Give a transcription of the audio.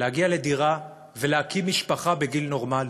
להגיע לדירה, ולהקים משפחה בגיל נורמלי.